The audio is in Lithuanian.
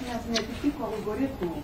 nes neatitiko algoritmų